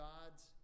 God's